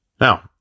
Now